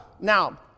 Now